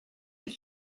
even